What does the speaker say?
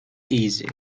easy